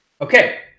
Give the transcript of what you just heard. Okay